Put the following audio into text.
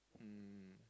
mm